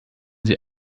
sie